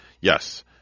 Yes